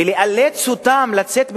ולאלץ אותם לצאת במאבק,